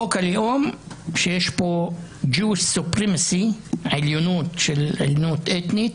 חוק הלאום שיש בו עליונות אתנית,